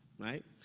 right?